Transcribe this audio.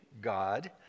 God